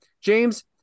James